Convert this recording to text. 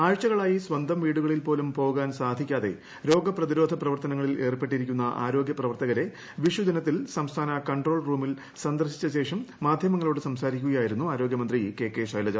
ആഴ്ച്ചകളായി സ്വന്തം വീടുകളിൽ പോലും പോകാൻ സാധിക്കാതെ രോഗപ്രതിരോധ പ്രവർത്തനങ്ങളിൽ ഏർപ്പെട്ടിരിക്കുന്ന ആരോഗൃ പ്രവർത്തകരെ വിഷു ദിനത്തിൽ സംസ്ഥാന കൺട്രോൾ റൂമിൽ സന്ദർശിച്ചതിന് ശേഷം മാധ്യമങ്ങളോട് സംസാരിക്കുകയായിരുന്നു ആരോഗ്യമന്ത്രി കെ കെ ശൈലജ